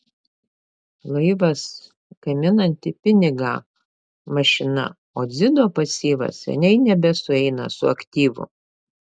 laivas gaminanti pinigą mašina o dzido pasyvas seniai nebesueina su aktyvu